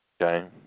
Okay